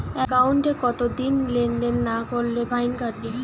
একাউন্টে কতদিন লেনদেন না করলে ফাইন কাটবে?